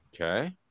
Okay